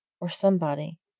or somebody,